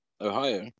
Ohio